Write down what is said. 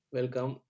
Welcome